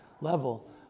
level